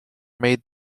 made